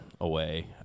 away